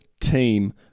team